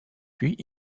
puis